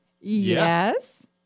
Yes